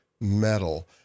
metal